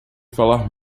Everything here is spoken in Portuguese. falar